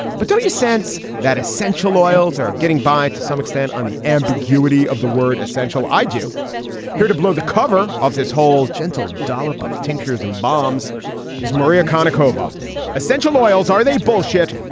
but don't you sense that essential oils are getting by to some extent on the ambiguity of the word essential? i do here to blow the cover of this whole gentle dollop of tinctures and bombs is maria karnik. cova essential oils. are they bullshit?